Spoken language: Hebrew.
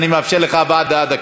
ואני מאפשר לך דקה להבעת דעה.